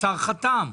השר חתם.